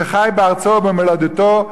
שחי בארצו ובמולדתו,